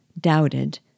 doubted